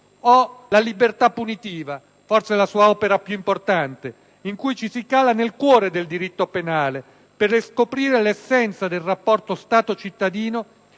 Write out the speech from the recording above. «La potestà punitiva», forse la sua opera più importante, in cui ci si cala nel cuore del diritto penale per scoprire l'essenza del rapporto Stato-cittadino